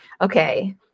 okay